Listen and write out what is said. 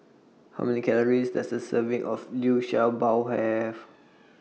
How Many Calories Does A Serving of Liu Sha Bao Have